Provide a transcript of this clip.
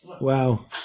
Wow